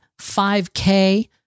5K